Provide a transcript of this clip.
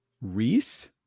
reese